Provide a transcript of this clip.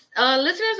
listeners